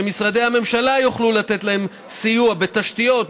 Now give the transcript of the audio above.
שמשרדי הממשלה יוכלו לתת להם סיוע בתשתיות,